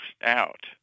out